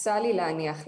הוצע לי להניח לזה.